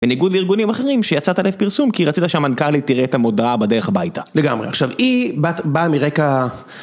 בניגוד לארגונים אחרים שיצאת לפרסום כי רצית שהמנכלית תראה את המודעה בדרך הביתה. לגמרי, עכשיו היא באה מרקע...